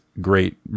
great